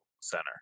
center